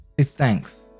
thanks